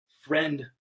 friend